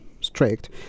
strict